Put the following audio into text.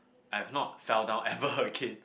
I've not fell down ever again